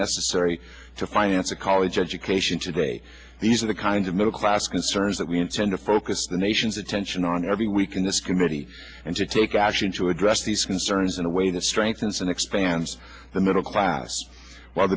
necessary to finance a college education today these are the kind of middle class concerns that we intend to focus the nation's attention on every week in this committee and to take action to address these concerns in a way that strengthens and expands the middle class while